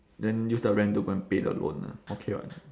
then use the rent to go and pay the loan lah okay [what]